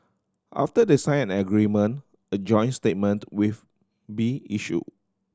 after they sign an agreement a joint statement be issued